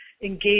engage